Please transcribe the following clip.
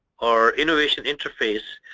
or innovation interface,